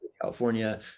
California